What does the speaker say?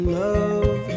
love